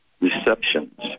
receptions